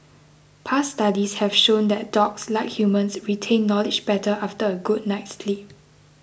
past studies have shown that dogs like humans retain knowledge better after a good night's sleep